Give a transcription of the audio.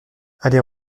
aller